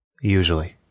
Usually